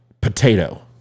potato